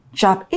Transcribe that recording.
job